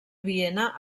viena